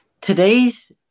Today's